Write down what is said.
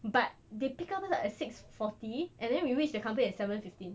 but they pick us up at six forty and then we reach the company at seven fifteen